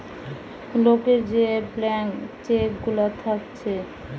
লোকের যে blank cheque গুলা থাকছে